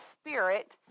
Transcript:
spirit